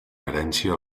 herència